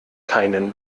keinen